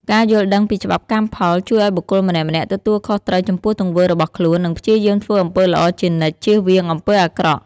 ការយល់ដឹងពីច្បាប់កម្មផល ជួយឲ្យបុគ្គលម្នាក់ៗទទួលខុសត្រូវចំពោះទង្វើរបស់ខ្លួន និងព្យាយាមធ្វើអំពើល្អជានិច្ច ជៀសវាងអំពើអាក្រក់។